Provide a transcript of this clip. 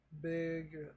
Big